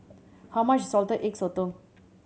how much is Salted Egg Sotong